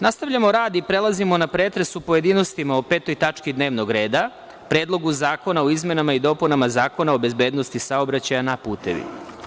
Nastavljamo rad i prelazimo na pretres u pojedinostima o 5. tački dnevnog reda – PREDLOG ZAKONA O IZMENAMA I DOPUNAMA ZAKONA O BEZBEDNOSTI SAOBRAĆAJA NA PUTEVIMA.